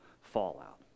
fallout